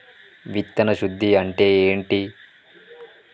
విత్తన శుద్ధి అంటే ఏంటి?